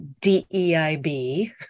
DEIB